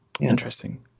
Interesting